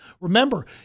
Remember